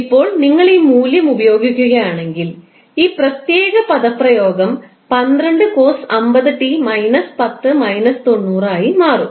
ഇപ്പോൾ നിങ്ങൾ ഈ മൂല്യം ഉപയോഗിക്കുകയാണെങ്കിൽ ഈ പ്രത്യേക പദപ്രയോഗo 12 cos50𝑡 − 10 − 90 ആയി മാറും